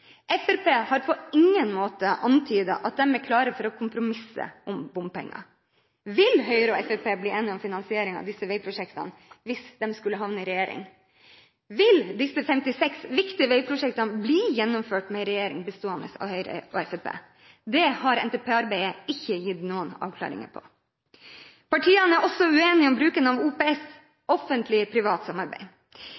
Fremskrittspartiet har på ingen måte antydet at de er klare for å kompromisse om bompenger. Vil Høyre og Fremskrittspartiet bli enige om finansieringen av disse veiprosjektene, hvis de skulle havne i regjering? Vil disse 56 viktige veiprosjektene bli gjennomført med en regjering bestående av Høyre og Fremskrittspartiet? Det har NTP-arbeidet ikke gitt noen avklaringer på. Partiene er også uenige om bruken av OPS,